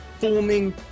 Forming